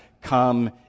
come